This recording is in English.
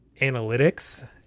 analytics